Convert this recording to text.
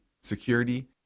security